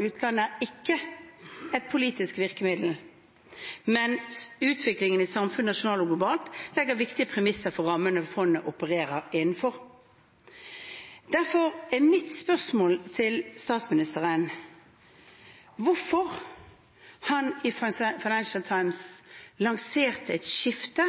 er ikke et politisk virkemiddel, men utviklingen i samfunnet nasjonalt og globalt legger viktige premisser for de rammene fondet operere innenfor.» Derfor er mitt spørsmål til statsministeren hvorfor han i Financial Times lanserte et skifte